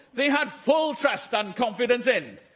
they had full trust and confidence in,